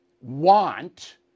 want